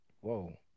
Whoa